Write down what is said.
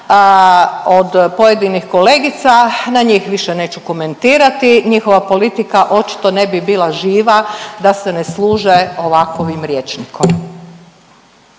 od pojedinih kolegica na njih više neću komentirati. Njihova politika očito ne bi bila živa da se ne služe ovakovim rječnikom.